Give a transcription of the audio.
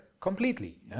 completely